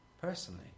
personally